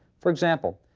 for example,